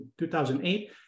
2008